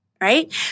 right